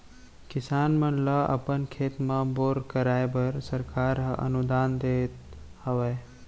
किसान मन ल अपन खेत म बोर कराए बर सरकार हर अनुदान देत हावय